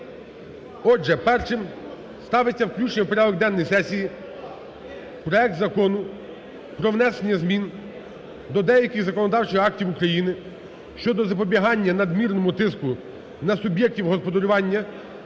Отже, перший ставиться включення в порядок денний сесії проект Закону про внесення змін до деяких законодавчих актів України щодо запобігання надмірному тиску на суб'єктів господарювання